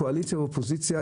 קואליציה ואופוזיציה,